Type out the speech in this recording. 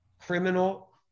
criminal